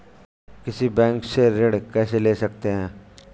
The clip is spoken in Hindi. किसी बैंक से ऋण कैसे ले सकते हैं?